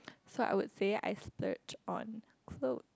so I would say I splurge on clothes